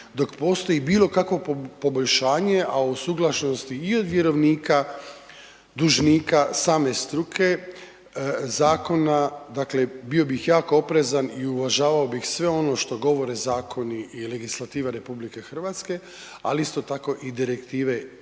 dok postoji bilokakvo poboljšanje a usuglašenosti i od vjerovnika, dužnika, same struke, zakona, dakle bio bih jako oprezan i uvažavao bi sve ono što govore zakoni i legislativa RH ali isto tako i direktive EU-a da